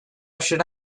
should